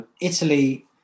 Italy